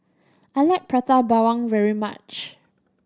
I like Prata Bawang very much